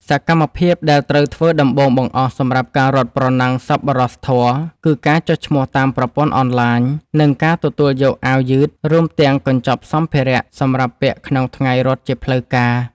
សកម្មភាពដែលត្រូវធ្វើដំបូងបង្អស់សម្រាប់ការរត់ប្រណាំងសប្បុរសធម៌ គឺការចុះឈ្មោះតាមប្រព័ន្ធអនឡាញ និងការទទួលយកអាវយឺត រួមទាំងកញ្ចប់សម្ភារៈសម្រាប់ពាក់ក្នុងថ្ងៃរត់ជាផ្លូវការ។